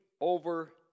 over